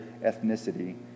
ethnicity